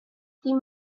dim